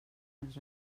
els